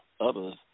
others